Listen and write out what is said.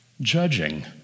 judging